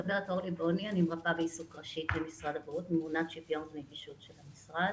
אני מרפאה בעיסוק ראשית במשרד הבריאות וממונת שוויון נגישות של המשרד.